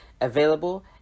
available